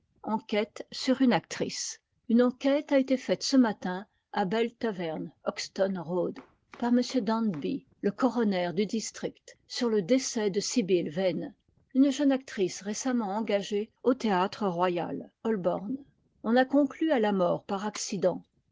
enquête sur une actrice une enquête a été faite ce matin à bell taverne hoxton road par m danby le coroner du district sur le décès de sibyl vane une jeune actrice récemment engagée au théâtre royal holborn on a conclu à la mort par accident